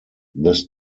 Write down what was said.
this